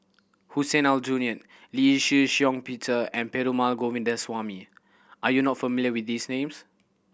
Hussein Aljunied Lee Shih Shiong Peter and Perumal Govindaswamy are you not familiar with these names